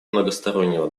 многостороннего